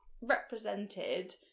represented